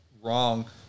wrong